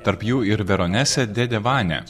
tarp jų ir veronesė dėdė vania